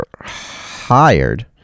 hired